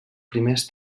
primers